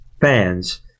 fans